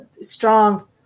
strong